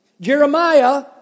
Jeremiah